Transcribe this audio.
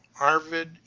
arvid